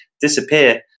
disappear